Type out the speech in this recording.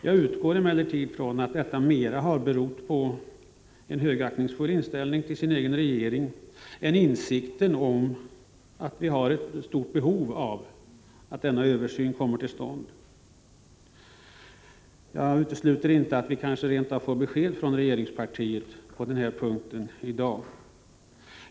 Jag utgår emellertid från att detta mera har berott på en högaktningsfull inställning till sin egen regering än på bristande insikt om att vi har ett stort behov av en översyn. Jag utesluter inte att vi i dag rent av får besked av regeringspartiet på den här punkten.